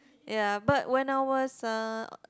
ya but when I was uh